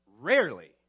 rarely